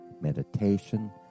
meditation